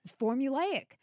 formulaic